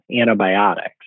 antibiotics